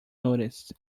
noticed